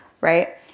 right